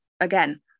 again